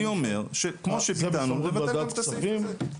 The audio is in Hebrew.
אני אומר שכמו שביטלנו, נבטל גם את הסעיף הזה.